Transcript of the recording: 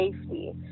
safety